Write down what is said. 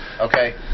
Okay